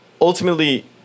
ultimately